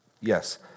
Yes